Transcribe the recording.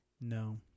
No